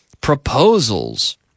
proposals